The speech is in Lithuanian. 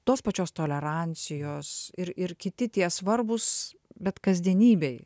tos pačios tolerancijos ir ir kiti tie svarbūs bet kasdienybėj